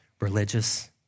religious